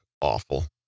awful